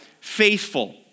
faithful